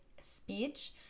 speech